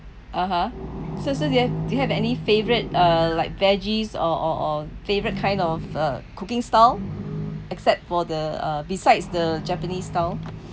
(uh huh) so so you have do you have any favourite uh like veggies or or or favourite kind of uh cooking style except for the uh besides the japanese style